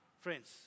friends